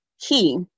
Key